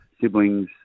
siblings